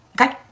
Okay